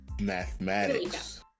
mathematics